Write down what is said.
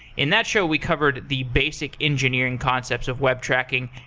in that show we covered the basic engineering concepts of web tracking.